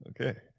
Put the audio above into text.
okay